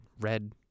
red